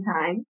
time